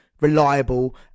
reliable